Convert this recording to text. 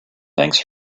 thanks